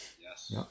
yes